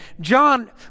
john